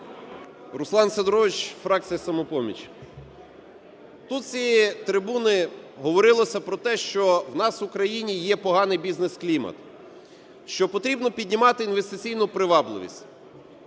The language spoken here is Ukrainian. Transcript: Руслан Сидорович, фракція "Самопоміч". Тут з цієї трибуни говорилося про те, що в нас у країні є поганий бізнес-клімат, що потрібно піднімати інвестиційну привабливість.